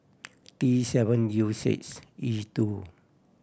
T seven U six E two